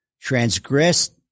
transgressed